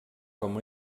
com